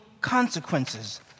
consequences